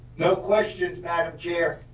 no questions, madam chair.